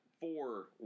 four